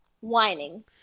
whining